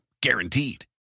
Guaranteed